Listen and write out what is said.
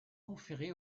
conféré